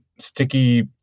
sticky